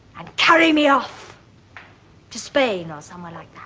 carry me off to spain or somewhere like